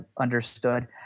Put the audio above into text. Understood